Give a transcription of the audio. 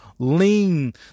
lean